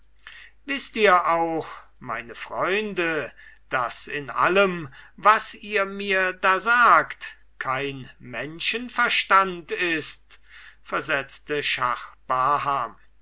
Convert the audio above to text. wißt ihr auch meine freunde daß in allem was ihr mir da sagt kein menschenverstand ist versetzte